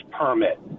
permit